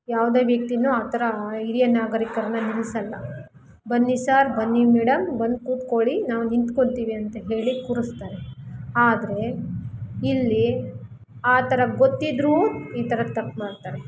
ಯಾವುದೇ ವ್ಯಕ್ತಿಯೂ ಆ ಥರ ಹಿರಿಯ ನಾಗರೀಕರನ್ನು ನಿಲ್ಲಿಸಲ್ಲ ಬನ್ನಿ ಸರ್ ಬನ್ನಿ ಮೇಡಮ್ ಬಂದು ಕೂತ್ಕೊಳ್ಳಿ ನಾವು ನಿಂತ್ಕೊಳ್ತೀವಿ ಅಂತ ಹೇಳಿ ಕೂರಿಸ್ತಾರೆ ಆದರೆ ಇಲ್ಲಿ ಆ ಥರ ಗೊತ್ತಿದ್ದರೂ ಈ ಥರ ತಪ್ಮಾಡ್ತಾರೆ